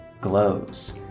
glows